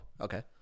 Okay